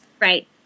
Right